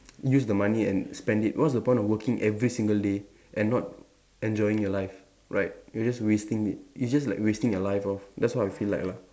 use the money and spend it what's the point of working every single day and not enjoying your life right you're just wasting it you're just like wasting your life off that's what I feel like lah